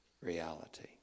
reality